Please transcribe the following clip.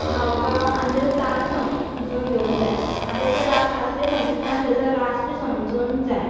हावभाव आनी तेचो ताल समजून घेवंक जाय आनी तेचो रा शास्त्रीय संगीतान तेचो रास बी समजूंक जाय